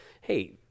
Hey